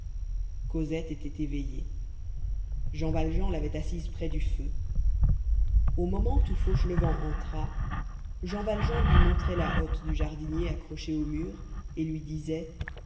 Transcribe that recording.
cosette était éveillée jean valjean l'avait assise près du feu au moment où fauchelevent entra jean valjean lui montrait la hotte du jardinier accrochée au mur et lui disait